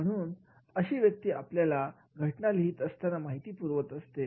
म्हणून अशी व्यक्ती आपल्याला घटना लिहीत असताना माहिती पुरवीत असते